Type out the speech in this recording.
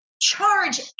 charge